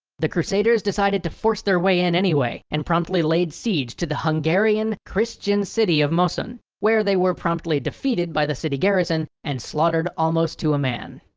the crusaders decided to force their way in anyway and promptly laid siege to the hungarian, christian, city of moson, where they were promptly defeated by the city garrison and slaughtered almost to a man.